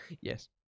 Yes